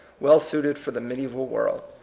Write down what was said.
well suited for the mediseval world.